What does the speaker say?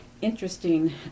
interesting